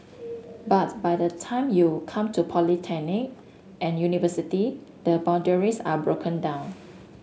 but by the time you come to polytechnic and university the boundaries are broken down